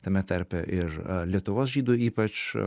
tame tarpe ir lietuvos žydų ypač